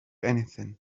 anything